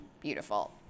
beautiful